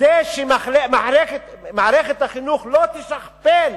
כדי שמערכת החינוך לא תשכפל